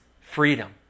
freedom